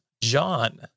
John